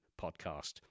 Podcast